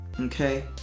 okay